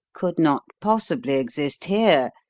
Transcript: could not possibly exist here,